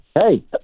Hey